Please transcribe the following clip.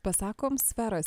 pasakom sferas